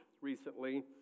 recently